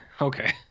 okay